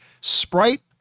Sprite